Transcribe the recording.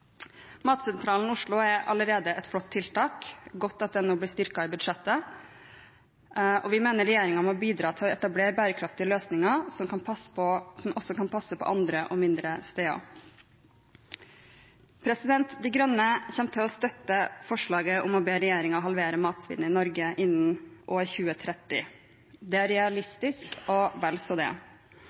Matsentralen Oslo er allerede et flott tiltak – godt at den blir styrket i budsjettet. Vi mener regjeringen må bidra til å etablere bærekraftige løsninger som også kan passe på andre og mindre steder. De Grønne kommer til å støtte forslaget om å be regjeringen halvere matsvinnet i Norge innen år 2030. Det er realistisk og vel så det.